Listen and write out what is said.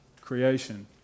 creation